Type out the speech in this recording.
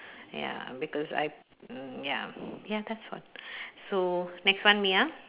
ya because I mm ya ya that's one so next one me ah